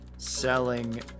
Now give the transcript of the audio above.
Selling